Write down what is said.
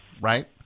Right